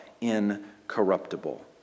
incorruptible